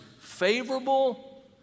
favorable